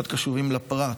להיות קשובים לפרט,